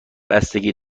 بستگی